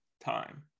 time